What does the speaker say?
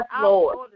Lord